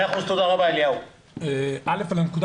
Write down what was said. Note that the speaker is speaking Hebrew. מאה אחוז, תודה רבה.